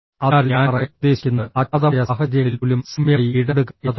അതിനാൽ ഞാൻ പറയാൻ ഉദ്ദേശിക്കുന്നത് അജ്ഞാതമായ സാഹചര്യങ്ങളിൽ പോലും സൌമ്യമായി ഇടപെടുക എന്നതാണ്